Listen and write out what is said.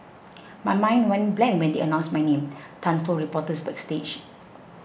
my mind went blank when they announced my name Tan told reporters backstage